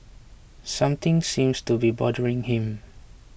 something seems to be bothering him